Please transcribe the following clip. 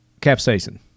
capsaicin